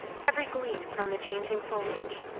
every gleam from the changing foliage,